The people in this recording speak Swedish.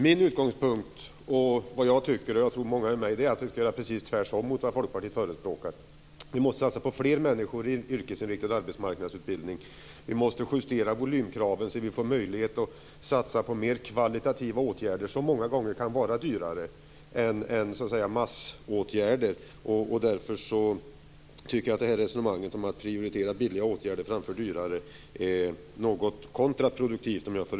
Min utgångspunkt - och jag tror att många med mig tycker så - är att vi skall göra precis tvärtom vad Folkpartiet förespråkar. Vi måste satsa på fler människor i yrkesinriktad arbetsmarknadsutbildning. Vi måste justera volymkraven, så att vi får möjlighet att satsa på mer kvalitativa åtgärder, som många gånger kan vara dyrare än massåtgärder. Därför tycker jag att resonemanget om att prioritera billiga åtgärder snarare än dyrare är något kontraproduktivt.